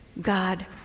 God